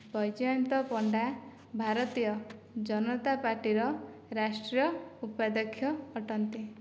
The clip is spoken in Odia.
ବୈଜୟନ୍ତ ପଣ୍ଡା ଭାରତୀୟ ଜନତା ପାଟିର ରାଷ୍ଟ୍ରୀୟ ଉପାଧ୍ୟକ୍ଷ ଅଟନ୍ତି